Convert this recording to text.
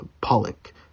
Pollock